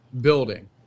Building